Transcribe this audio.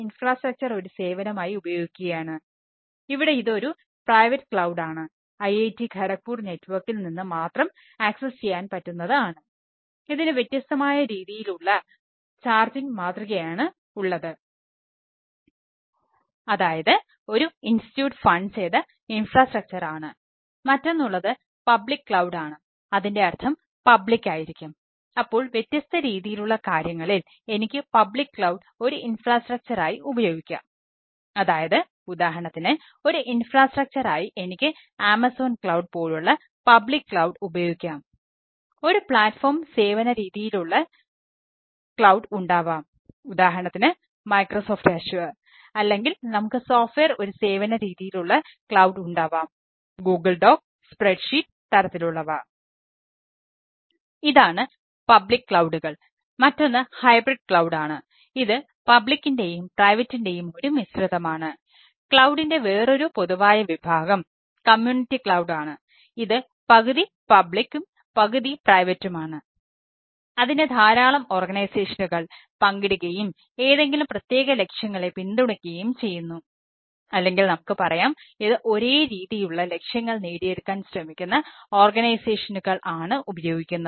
ഇതാണ് പബ്ലിക് ക്ലൌഡുകൾ ആണ് ഉപയോഗിക്കുന്നത്